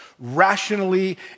rationally